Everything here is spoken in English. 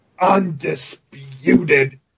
undisputed